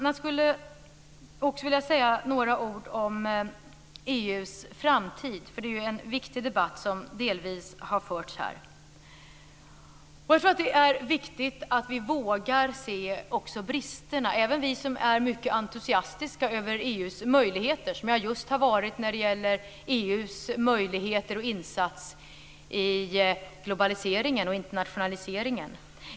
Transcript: Jag skulle också vilja säga några ord om EU:s framtid, för det är en viktig debatt som delvis har förts här. Jag tror att det är viktigt att vi vågar se också bristerna, även vi som är mycket entusiastiska över EU:s möjligheter, som just nu har varit EU:s insats i globaliseringen och internationaliseringen.